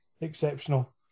exceptional